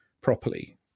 properly